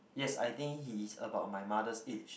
yes I think he is about my mother's age